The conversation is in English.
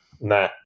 Nah